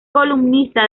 columnista